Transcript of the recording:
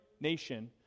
nation